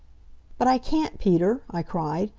but i can't, peter, i cried.